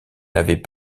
n’avait